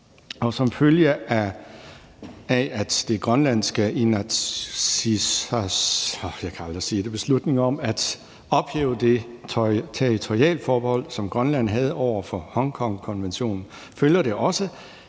i dansk ret. Af det grønlandske Inatsisartuts beslutning om at ophæve det territorialforbehold, som Grønland havde over for Hongkongkonventionen, følger det også,